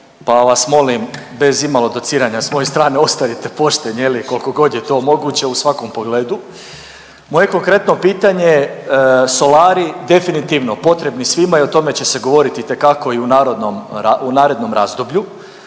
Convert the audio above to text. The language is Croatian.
pa vas molim bez imalo dociranja s moje strane, ostanite pošten, je li, koliko god je to moguće u svakom pogledu. Moje konkretno pitanje, solari, definitivno potrebni svima i o tome će se govoriti itekako i u narodnom, u